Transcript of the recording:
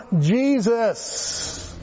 Jesus